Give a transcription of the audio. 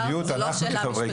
זאת לא שאלה משפטית.